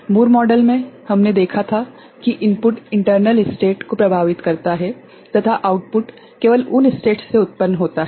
मूर model में हमने देखा था कि इनपुट इंटरनल स्टेट को प्रभावित करता हैं तथा आउटपुट केवल उन स्टेट्स से उत्पन्न होता है